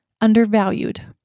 undervalued